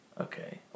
Okay